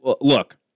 look